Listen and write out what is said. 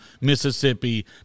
Mississippi